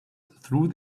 through